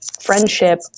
friendship